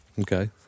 Okay